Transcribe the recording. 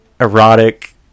erotic